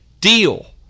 deal